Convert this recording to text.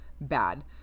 bad